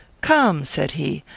come, said he,